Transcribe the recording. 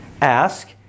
ask